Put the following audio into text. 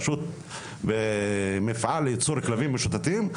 פשוט מפעל לייצור כלבים משוטטים.